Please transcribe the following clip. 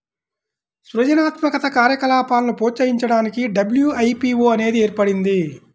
సృజనాత్మక కార్యకలాపాలను ప్రోత్సహించడానికి డబ్ల్యూ.ఐ.పీ.వో అనేది ఏర్పడింది